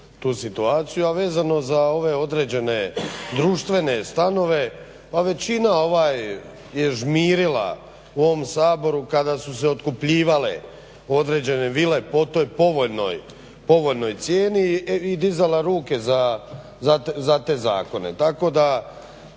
tu situaciju, a vezano za ove određene društvene stanove, pa većina je žmirila u ovom Saboru kada su se otkupljivale određen vile po toj povoljnoj cijeni i dizala ruke za te zakone. Tako da